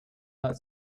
that